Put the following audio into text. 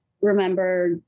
remember